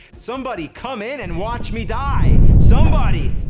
somebody come in and watch me die! somebody!